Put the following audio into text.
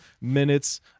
minutes